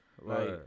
Right